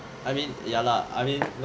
I mean ya lah I mean